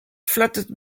fluttered